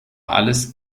alles